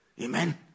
Amen